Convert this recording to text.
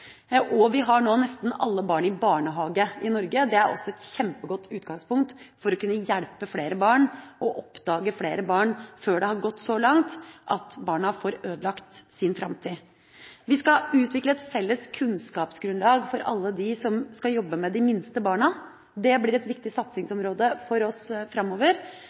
tvers. Vi har nå nesten alle barn i barnehage i Norge. Det er også et kjempegodt utgangspunkt for å kunne oppdage og hjelpe flere barn før det har gått så langt at barna får ødelagt sin framtid. Vi skal utvikle et felles kunnskapsgrunnlag for alle dem som skal jobbe med de minste barna. Det blir et viktig satsingsområde for oss framover.